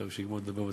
שיגמור לדבר בטלפון.